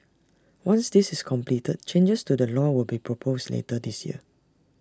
once this is completed changes to the law will be proposed later this year